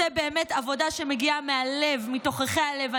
עושה באמת עבודה שמגיעה מהלב, מתוככי הלב.